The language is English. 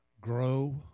grow